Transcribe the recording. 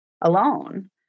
alone